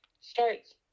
starts